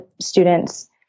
students